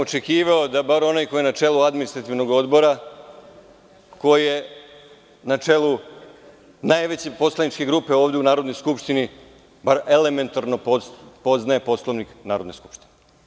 Očekivao sam da bar onaj ko je na čelu Administrativnog odbora, ko je na čelu najveće poslaničke grupe ovde u Narodnoj skupštini, bar elementarno poznaje Poslovnik Narodne skupštine.